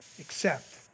Accept